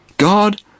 God